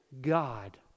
God